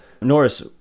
Norris